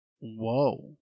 Whoa